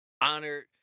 honored